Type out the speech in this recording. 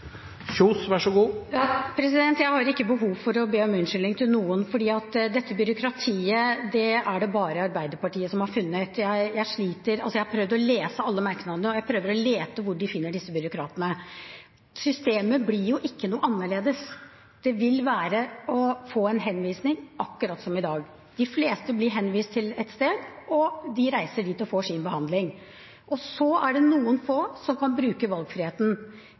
Jeg har ikke behov for å be noen om unnskyldning, for dette byråkratiet er det bare Arbeiderpartiet som har funnet. Jeg har prøvd å lese alle merknadene, og jeg prøver å lete for å finne hvor vi finner disse byråkratene. Systemet blir jo ikke noe annerledes. Det vil være å få en henvisning, akkurat som i dag. De fleste blir henvist til et sted, og de reiser dit og får sin behandling. Og så er det noen få som kan bruke valgfriheten.